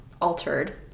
altered